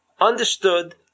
understood